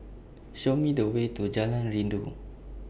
Show Me The Way to Jalan Rindu